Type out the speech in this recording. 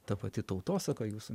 ta pati tautosaka jūsų